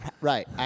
Right